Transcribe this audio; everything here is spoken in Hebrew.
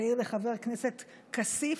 תעיר לחבר הכנסת כסיף,